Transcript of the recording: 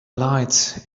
lights